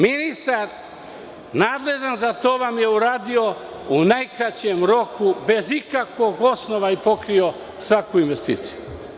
Ministar nadležan za to vam je uradio u najkraćem mogućem roku, bez ikakvog osnova i pokrio svaku investiciju.